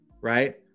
right